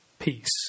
Peace